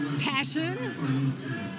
Passion